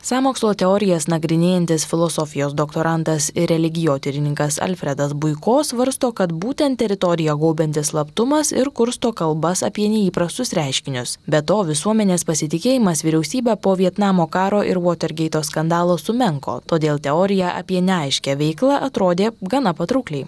sąmokslo teorijas nagrinėjantis filosofijos doktorantas ir religijotyrininkas alfredas buiko svarsto kad būtent teritoriją gaubiantis slaptumas ir kursto kalbas apie neįprastus reiškinius be to visuomenės pasitikėjimas vyriausybe po vietnamo karo ir vuotergeito skandalo sumenko todėl teorija apie neaiškią veiklą atrodė gana patraukliai